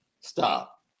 stop